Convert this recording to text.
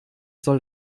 soll